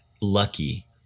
lucky